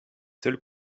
seuls